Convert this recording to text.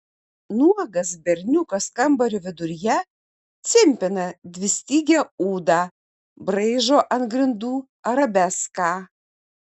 nuogas berniukas kambario viduryje cimpina dvistygę ūdą braižo ant grindų arabeską